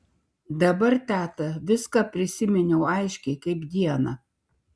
dabar teta viską prisiminiau aiškiai kaip dieną